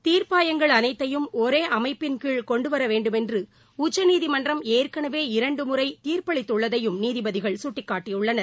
தீர்ப்பாயங்கள் அனைத்தையும் ஒரே அமைப்பின் கீழ கொண்டு வர வேண்டுமென்று உச்சநீதிமன்றம் ஏற்கனவே இரண்டு முறை தீர்ப்பளித்துள்ளதையும் நீதிபதிகள் சுட்டிக்காட்டியுள்ளனர்